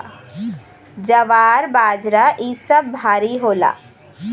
ज्वार बाजरा इ सब भारी होला